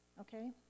okay